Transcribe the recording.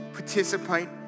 Participate